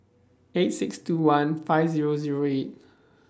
eight six two one five Zero Zero eight